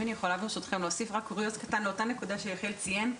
אם אני יכולה רק להוסיף קוריוז קטן לאותה נקודה שיחיאל ציין: